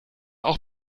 auch